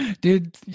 dude